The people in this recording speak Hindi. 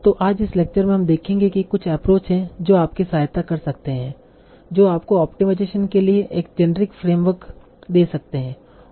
तो आज इस लेक्चर में हम देखेंगे कि कुछ एप्रोच हैं जो आपकी सहायता कर सकते हैं जो आपको ऑप्टिमाइजेशन के लिए एक जेनेरिक फ्रेमवर्क दे सकते हैं